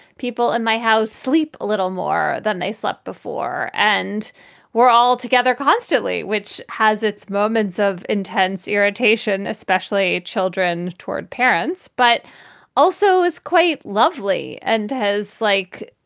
people in my house sleep a little more than they slept before, and we're all together constantly, which has its moments of intense irritation, especially children toward parents. but also it's quite lovely and has like,